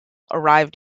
arrived